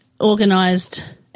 organised